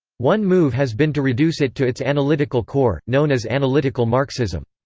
one move has been to reduce it to its analytical core, known as analytical marxism.